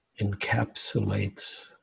encapsulates